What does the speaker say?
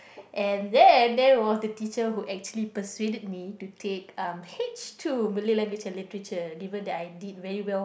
and then there was the teacher who actually persuaded me to take uh H two Malay language and literature given that I did very well